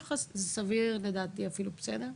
זה סביר לדעתי, אפילו בסדר.